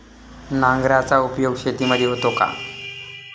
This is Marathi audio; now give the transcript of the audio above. नांगराचा उपयोग शेतीमध्ये होतो का?